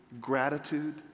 gratitude